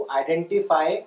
identify